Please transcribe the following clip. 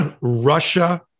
Russia